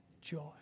joy